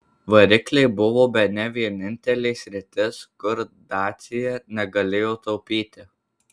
varikliai buvo bene vienintelė sritis kur dacia negalėjo taupyti